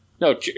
No